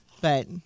But-